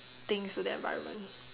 things to the environment